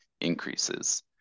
increases